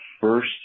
first